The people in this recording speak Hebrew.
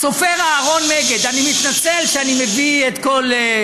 הסופר אהרון מגד, אני מתנצל שאני מביא את כל,